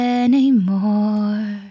anymore